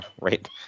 Right